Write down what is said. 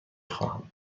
خواهم